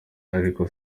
ariko